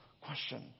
question